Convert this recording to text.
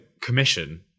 commission